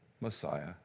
Messiah